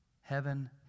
Heaven